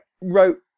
wrote